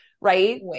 Right